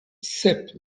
sep